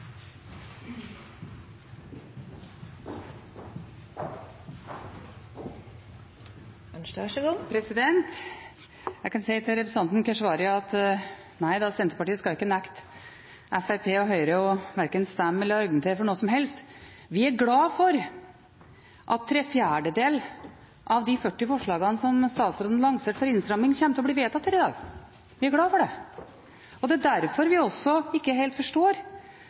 Keshvari at nei da, Senterpartiet skal ikke nekte Fremskrittspartiet og Høyre verken å stemme eller å argumentere for noe som helst. Vi er glad for at tre fjerdedeler av de 40 forslagene om innstramning som statsråden lanserte, kommer til å bli vedtatt her i dag – vi er glad for det. Det er derfor vi heller ikke helt forstår